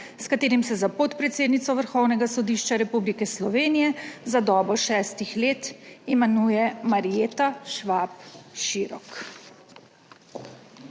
s katerim se za podpredsednico Vrhovnega sodišča Republike Slovenije za dobo šestih let imenuje Marjeta Švab Širok.